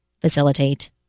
facilitate